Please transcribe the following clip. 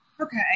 Okay